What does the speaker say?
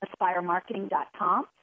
AspireMarketing.com